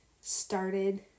started